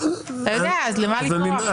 למה לטרוח?